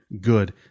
good